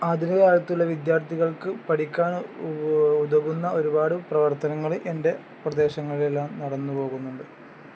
ആധുനിക കാലത്തുള്ള വിദ്യാർത്ഥികൾക്ക് പഠിക്കാൻ ഉതകുന്ന ഒരുപാട് പ്രവർത്തനങ്ങൾ എൻ്റെ പ്രദേശങ്ങളിൽ എല്ലാം നടന്നു പോകുന്നുണ്ട്